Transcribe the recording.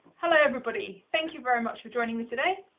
hello everybody. thank you very much for joining me today.